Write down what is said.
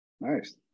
Nice